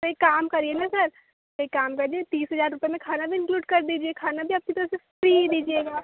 तो एक काम करिए न सर एक काम करिए तीस हजार रुपये में खाना भी इन्क्लूड कर दीजिए खाना भी आपकी तरफ से फ़्री ही दीजिएगा